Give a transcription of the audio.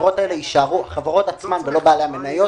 שהחברות האלה יישארו חברות עצמן ולא בעלי מניות,